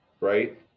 right